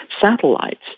satellites